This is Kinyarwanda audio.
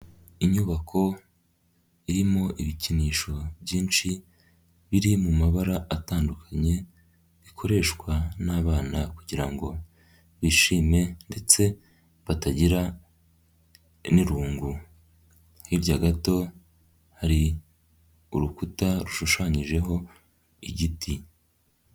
Inyubako irimo ibikinisho byinshi, biri mu mabara atandukanye, bikoreshwa n'abana kugirango bishime ndetse batagira n'irungu, hirya gato hari urukuta rushushanyijeho igiti.